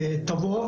תבוא,